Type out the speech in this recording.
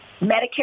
Medicare